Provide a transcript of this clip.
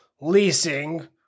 leasing